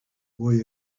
boy